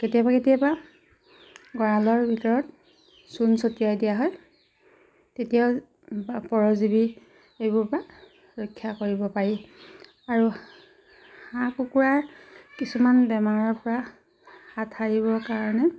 কেতিয়াবা কেতিয়াবা গঁৰালৰ ভিতৰত চূণ ছটিয়াই দিয়া হয় তেতিয়াও পৰজীৱী এইবোৰ পৰা ৰক্ষা কৰিব পাৰি আৰু হাঁহ কুকুৰাৰ কিছুমান বেমাৰৰ পৰা হাত সাৰিবৰ কাৰণে